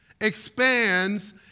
expands